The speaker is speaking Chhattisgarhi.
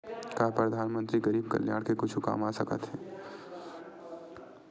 का परधानमंतरी गरीब कल्याण के कुछु काम आ सकत हे